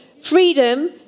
freedom